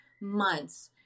months